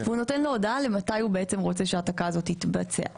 והוא נותן לו הודעה מתי הוא רוצה שהעתקה הזאת תתבצע.